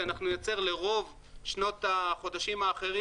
כי אנחנו נייצר לרוב שנות החודשים האחרים